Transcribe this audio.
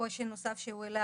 קושי נוסף שהוא העלה